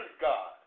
God